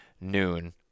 noon